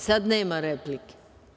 Sada nema replike.